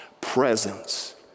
presence